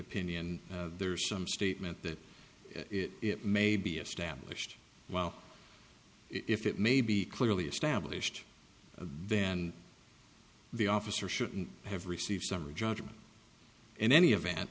opinion there's some statement that it may be established well if it may be clearly established then the officer shouldn't have received summary judgment in any event